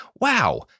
Wow